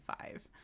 five